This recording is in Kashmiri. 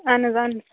اہَن حَظ اہَن حَظ